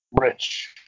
rich